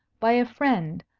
by a friend,